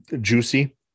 Juicy